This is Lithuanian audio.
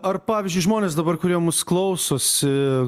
ar pavyzdžiui žmonės dabar kurie mus klausosi